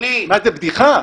מה, זו בדיחה?